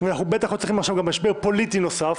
ואנחנו בטח לא צריכים עכשיו גם משבר פוליטי נוסף.